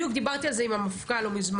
בדיוק דיברתי על זה עם המפכ"ל לא מזמן,